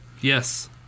Yes